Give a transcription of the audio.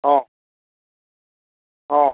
ହଁ ହଁ